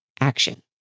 action